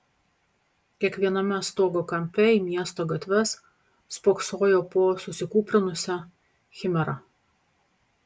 kiekviename stogo kampe į miesto gatves spoksojo po susikūprinusią chimerą